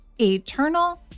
eternal